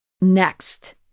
Next